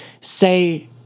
Say